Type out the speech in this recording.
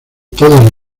todas